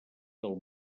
del